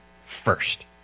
first